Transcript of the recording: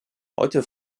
heute